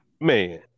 man